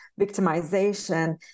victimization